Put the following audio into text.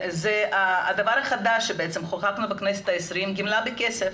הדבר החדש שבעצם חוקקנו בכנסת ה-20, גימלה בכסף.